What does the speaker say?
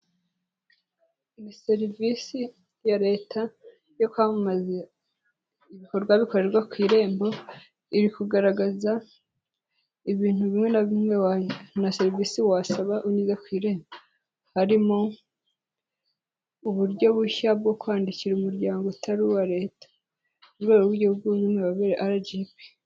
Ni serivisi ya leta, yo kwamamaza ibikorwa bikorerwa ku irembo, iri kugaragaza ibintu bimwe na bimwe, na serivisi wasaba unyuze ku irembo, harimo uburyo bushya bwo kwandikira umuryango utari uwa leta, ku rwego rw'igihugu ry'imiyoborere RGB.